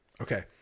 Okay